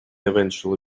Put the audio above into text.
eventually